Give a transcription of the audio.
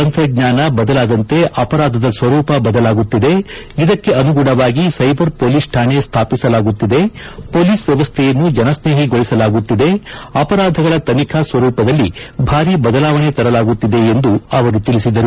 ತಂತ್ರಜ್ಞಾನ ಬದಲಾದಂತೆ ಅಪರಾಧದ ಸ್ವರೂಪ ಬದಲಾಗುತ್ತಿದೆ ಇದಕ್ಕೆ ಅನುಗುಣವಾಗಿ ಸ್ಟೆಬರ್ ಪೊಲೀಸ್ ಕಾಣೆ ಸ್ವಾಪಿಸಲಾಗುತ್ತಿದೆ ಪೊಲೀಸ್ ವ್ಯವಸ್ಟೆಯನ್ನು ಜನಸ್ನೇಹಿಗೊಳಸಲಾಗುತ್ತಿದೆ ಅಪರಾಧಗಳ ತನಿಖಾ ಸ್ವರೂಪದಲ್ಲಿ ಭಾರಿ ಬದಲಾವಣೆ ತರಲಾಗುತ್ತಿದೆ ಎಂದು ಅವರು ತಿಳಿಸಿದರು